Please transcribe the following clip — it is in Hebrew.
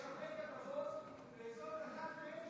שיש הרבה כתבות, וזו אחת מהן,